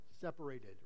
separated